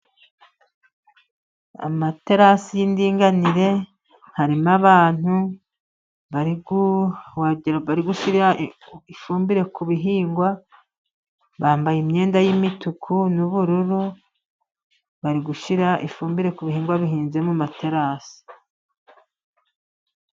Amaterasi y' indinganire harimo abantu bari gushyira ifumbire ku bihingwa, bambaye imyenda y'imituku n'ubururu, bari gushyira ifumbire ku bihingwa bihinze mu materasi.